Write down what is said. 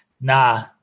nah